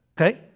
Okay